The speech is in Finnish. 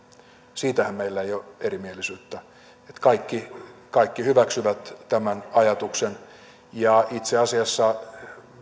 siitähän meillä ei ole erimielisyyttä kaikki kaikki hyväksyvät tämän ajatuksen ja itse asiassa